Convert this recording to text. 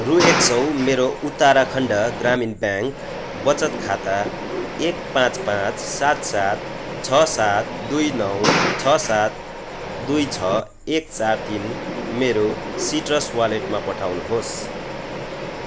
रु एक सय मेरो उत्तराखण्ड ग्रामीण ब्याङ्क वचत खाता एक पाँच पाँच सात सात छ सात दुई नौ छ सात दुई छ एक चार तिन मेरो सिट्रस वालेटमा पठाउनुहोस्